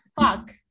fuck